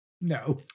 No